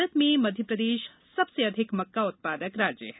भारत में मध्य प्रदेश सबसे अधिक मक्का उत्पादक राज्य है